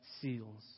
seals